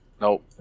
Nope